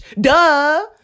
Duh